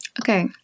Okay